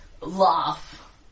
laugh